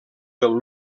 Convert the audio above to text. del